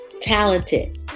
talented